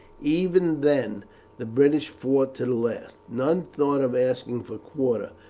even then the british fought to the last. none thought of asking for quarter,